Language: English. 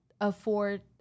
afford